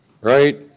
Right